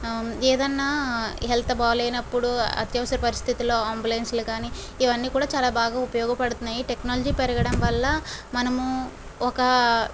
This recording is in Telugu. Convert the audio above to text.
ఆ ఏదన్నా హెల్త్ బాలేనపుడు అత్యవసర పరిస్థితులో అంబులెన్స్లు కానీ ఇవ్వని కూడా చాలా బాగా ఉపయోగపడుతున్నాయి టెక్నాలజీ పెరగడం వల్ల మనము ఒక